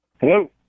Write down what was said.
Hello